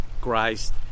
Christ